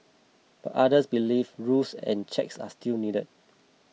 but others believe rules and checks are still needed